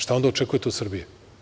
Šta onda očekujete od Srbije?